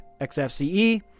XFCE